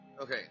Okay